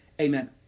Amen